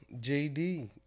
JD